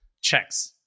checks